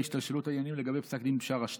השתלשלות העניינים לגבי פסק דין בשארה 2,